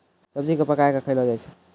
सब्जी क पकाय कॅ खयलो जाय छै